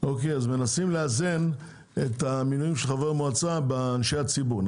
אז מנסים לאזן את המינויים של חברי המועצה באנשי הציבור,